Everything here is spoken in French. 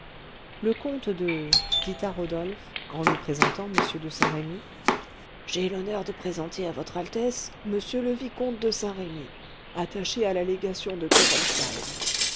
le comte de dit à rodolphe en lui présentant m de saint-remy j'ai l'honneur de présenter à votre altesse m le vicomte de saint-remy attaché à la légation de gerolstein